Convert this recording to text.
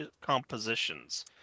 compositions